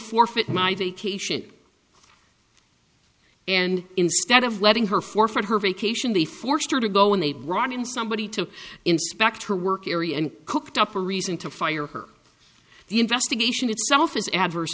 forfeit my vacation and instead of letting her for for her vacation they forced her to go on a run in somebody to inspect her work area and cooked up a reason to fire her the investigation itself is adverse